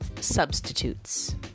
substitutes